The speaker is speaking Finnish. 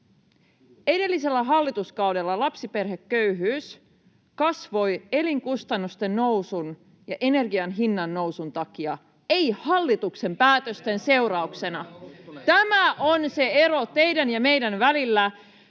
Edellisellä hallituskaudella lapsiperheköyhyys kasvoi elinkustannusten nousun ja energian hinnannousun takia, ei hallituksen päätösten seurauksena. [Mia Laiho: Selityksiä!] Tämä on se ero teidän ja meidän välillä.